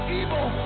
evil